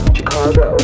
Chicago